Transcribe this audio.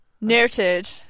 Noted